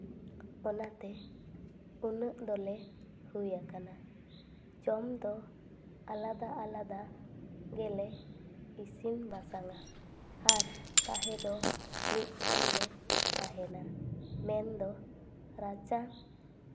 ᱚᱱᱟ ᱛᱮ ᱩᱱᱟᱹᱜ ᱫᱚᱞᱮ ᱦᱩᱭᱟᱠᱟᱱᱟ ᱡᱚᱢ ᱫᱚ ᱟᱞᱟᱫᱟᱼᱟᱞᱟᱫᱟ ᱜᱮᱞᱮ ᱤᱥᱤᱱᱼᱵᱟᱥᱟᱝᱼᱟ ᱟᱨ ᱛᱟᱦᱮᱸ ᱫᱚ ᱢᱤᱫ ᱴᱷᱮᱱ ᱞᱮ ᱛᱟᱦᱮᱱᱟ ᱢᱮᱱ ᱫᱚ ᱨᱟᱪᱟ